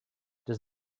does